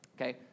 Okay